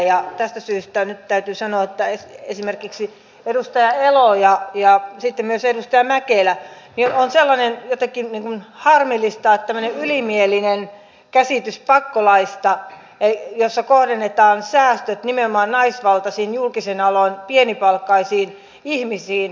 ja toinen asia tässä on se että mehän emme tiedä minkälaista lainsäädäntöä tänne on tulossa koska kuten täällä on monta kertaa todettu omaishoitoon liittyvä esitys tulee lisätalousarviossa ja lainsäädäntöesitys tulee ensi keväänä